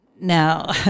Now